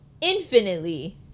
infinitely